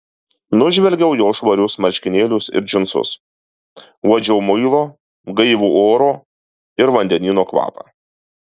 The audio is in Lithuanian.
nužvelgiau jo švarius marškinėlius ir džinsus uodžiau muilo gaivų oro ir vandenyno kvapą